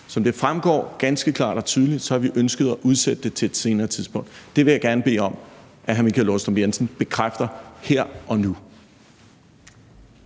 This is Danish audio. Som det fremgår ganske klart og tydeligt, har vi ønsket at udsætte det til et senere tidspunkt. Det vil jeg gerne bede om at hr. Michael Aastrup Jensen bekræfter her og nu!